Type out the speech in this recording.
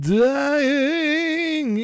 dying